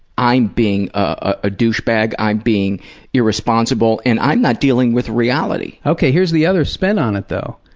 i'm being a douchebag, i'm being irresponsible, and i'm not dealing with reality. okay, here's the other spin on it though,